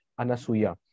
Anasuya